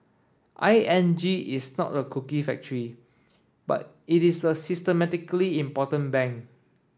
I N G is not a cookie factory but it is a systemically important bank